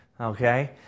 Okay